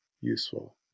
useful